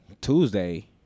Tuesday